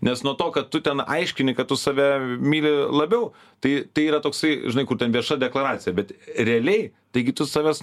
nes nuo to kad tu ten aiškini kad tu save myli labiau tai tai yra toksai žinai kur ten vieša deklaracija bet realiai taigi tu savęs